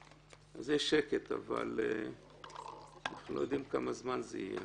אז יש שקט, אבל אנחנו לא יודעים כמה זמן זה יהיה.